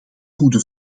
goede